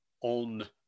on